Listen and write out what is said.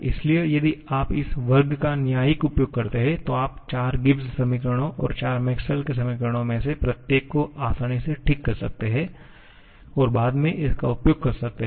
इसलिए यदि आप इस वर्ग का न्यायिक उपयोग करते हैं तो आप चार गिब्स समीकरणों और चार मैक्सवेल के समीकरणों Maxwells equations में से प्रत्येक को आसानी से ठीक कर सकते हैं और बाद में इसका उपयोग कर सकते हैं